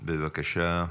בבקשה.